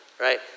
right